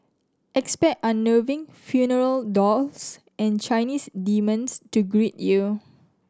expect unnerving funeral dolls and Chinese demons to greet you